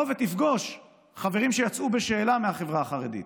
תבוא, תפגוש חברים שיצאו בשאלה מהחברה החרדית.